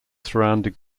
surrounding